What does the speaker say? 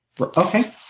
Okay